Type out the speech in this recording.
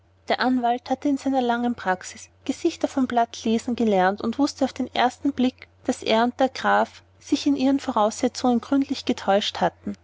der anwalt hatte in seiner langen praxis gesichter vom blatt lesen gelernt und wußte auf den ersten blick daß er und der graf sich mit ihren voraussetzungen gründlich getäuscht hatten